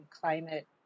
climate